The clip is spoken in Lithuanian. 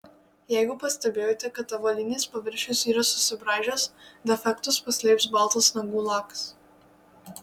jeigu pastebėjote kad avalynės paviršius yra susibraižęs defektus paslėps baltas nagų lakas